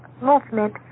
movement